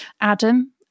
Adam